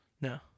No